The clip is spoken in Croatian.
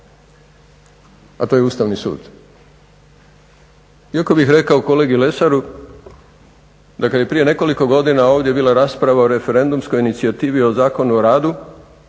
a to je Ustavni sud. Iako bih rekao kolegi Lesaru da kad je prije nekoliko godina ovdje bila rasprava o referendumskoj inicijativi o Zakonu o radu